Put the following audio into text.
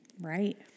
Right